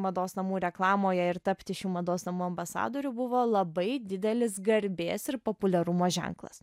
mados namų reklamoje ir tapti šių mados namų ambasadorių buvo labai didelis garbės ir populiarumo ženklas